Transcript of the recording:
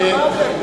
מה זה?